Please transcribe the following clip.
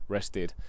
rested